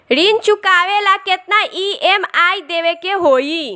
ऋण चुकावेला केतना ई.एम.आई देवेके होई?